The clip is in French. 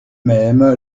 même